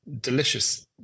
delicious